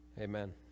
Amen